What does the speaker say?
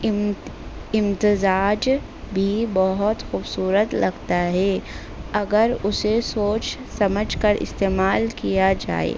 امتزاج بھی بہت خوبصورت لگتا ہے اگر اسے سوچ سمجھ کر استعمال کیا جائے